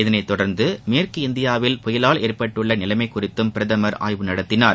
இதனை தொடர்ந்து மேற்கு இந்தியாவில் புயலால் ஏற்பட்டுள்ள நிலைமை குறித்தும் பிரதமர் ஆய்வு நடத்தினார்